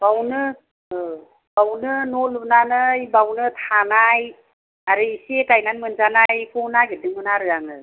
बेयावनो बेयावनो न' लुनानै बेयावनो थानाय आरो एसे गायनानै मोनजानायखौ नागिरदोंमोन आरो आङो